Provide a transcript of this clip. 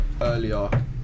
earlier